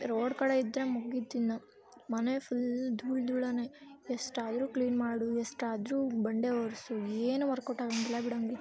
road ಕಡೆ ಇದ್ದರೆ ಮುಗೀತು ಇನ್ನು ಮನೆ ಫುಲ್ ಧೂಳು ಧೂಳುನೆ ಎಷ್ಟಾದ್ರೂ ಕ್ಲೀನ್ ಮಾಡು ಎಷ್ಟಾದ್ರೂ ಬಂಡೆ ಒರೆಸು ಏನೂ ವರ್ಕೌಟ್ ಆಗೋಂಗಿಲ್ಲ ಬಿಡೋಂಗಿಲ್ಲ